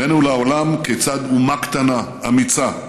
הראינו לעולם כיצד אומה קטנה, אמיצה,